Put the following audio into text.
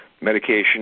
medication